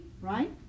right